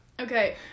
Okay